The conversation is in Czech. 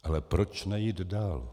Ale proč nejít dál.